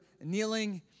kneeling